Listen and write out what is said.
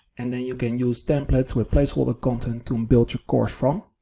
and then you can use templates with placeholder content to build your course from.